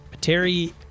Terry